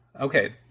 Okay